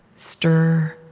stir,